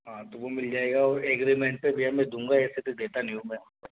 हाँ तो वो मिल जाएगा और एग्रीमेंट पे भैया मैं दूँगा ऐसा तो देता नहीं हूँ मैं